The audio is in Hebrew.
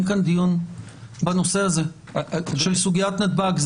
כאן דיון בנושא הזה של סוגיית נתב"ג.